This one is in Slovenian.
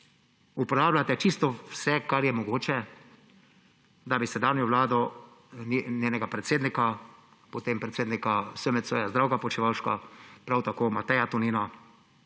uporabljate čisto vse, kar je mogoče, da bi sedanjo vlado, njenega predsednika, potem predsednika SMC-ja Zdravka Počivalška, prav tako Mateja Tonina